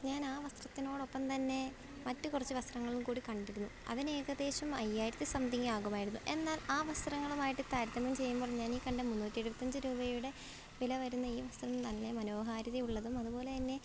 ഞാനാ വസ്ത്രത്തിനോടൊപ്പം തന്നെ മറ്റ് കുറച്ച് വസ്ത്രങ്ങളും കൂടി കണ്ടിരുന്നു അതിനേകദേശം അയ്യായിരത്തി സംതിങ്ങാകുമായിരുന്നു എന്നാൽ ആ വസ്ത്രങ്ങളുമായിട്ട് താരതമ്യം ചെയ്യുമ്പോൾ ഞാനീ കണ്ട മുന്നൂറ്റി എഴുപത്തഞ്ച് രൂപയുടെ വില വരുന്ന ഈ വസ്ത്രം നല്ല മനോഹാരിതയുള്ളതും അതുപോലെ തന്നെ